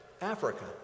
Africa